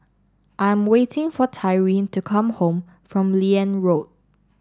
I'm waiting for Tyrin to come back from Liane Road